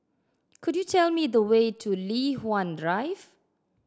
could you tell me the way to Li Hwan Drive